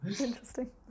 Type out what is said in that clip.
interesting